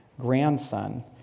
grandson